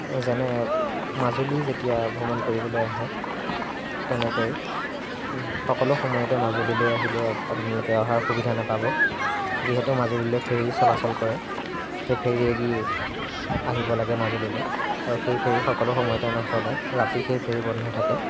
যেনে মাজুলী যেতিয়া ভ্ৰমণ কৰিবলৈ আহে তেনেকৈ সকলো সময়তে মাজুলীলৈ আহিলে আপোনালোকে অহাৰ সুবিধা নাপাব যিহেতু মাজুলীলৈ ফেৰী চলাচল কৰে সেই ফেৰীয়েদি আহিব লাগে মাজুলীলৈ আৰু সেই ফেৰী সকলো সময়তে নচলে ৰাতি সেই ফেৰী বন্ধ থাকে